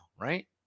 Right